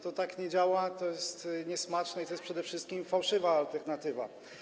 Tak to nie działa, to jest niesmaczne i to jest przede wszystkim fałszywa alternatywa.